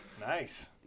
Nice